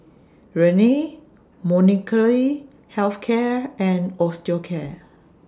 Rene Molnylcke Health Care and Osteocare